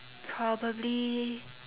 probably